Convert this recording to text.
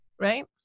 Right